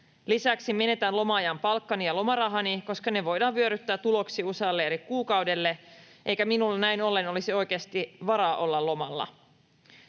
Lisäksi menetän loma-ajan palkkani ja lomarahani, koska ne voidaan vyöryttää tuloksi usealle eri kuukaudelle, eikä minulla näin ollen olisi oikeasti varaa olla lomalla.